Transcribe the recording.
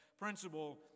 principle